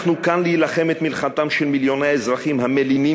אנחנו כאן כדי להילחם את מלחמתם של מיליוני האזרחים המלינים,